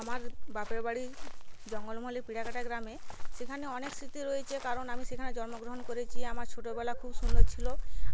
আমার বাপের বাড়ি জঙ্গলমহলে পিড়াকাটা গ্রামে সেখানে অনেক স্মৃতি রয়েছে কারণ আমি সেখানে জন্মগ্রহণ করেছি আমার ছোটোবেলা খুব সুন্দর ছিল